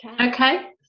okay